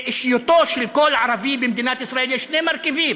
באישיותו של כל ערבי במדינת ישראל יש שני מרכיבים: